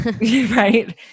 right